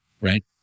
Right